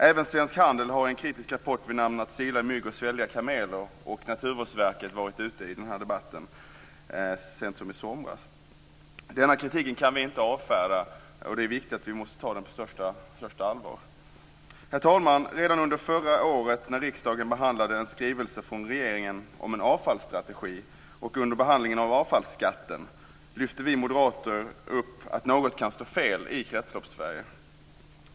Även Svensk Handel har en kritisk rapport vid namn Att sila mygg och svälja kameler, och Naturvårdsverket gick ut i den här debatten så sent som i somras. Denna kritik kan vi inte avfärda. Det är viktigt att vi tar den på största allvar. Herr talman! Redan under förra året när riksdagen behandlade en skrivelse från regeringen om en avfallsstrategi och under behandlingen av avfallsskatten lyfte vi moderater upp frågan om att något kan stå fel till i Kretsloppssverige.